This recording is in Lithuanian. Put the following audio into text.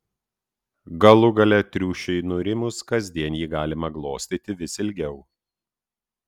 galų gale triušiui nurimus kasdien jį galima glostyti vis ilgiau